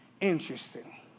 interesting